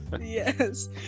Yes